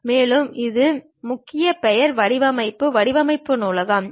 மேலும் ஒரு முக்கிய பெயர் வடிவமைப்பு வடிவமைப்பு நூலகம் உள்ளது